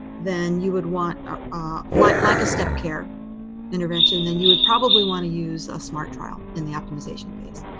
then you would want ah ah like like a step care intervention, then you would probably want to use a smart trial in the optimization phase.